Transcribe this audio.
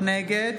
נגד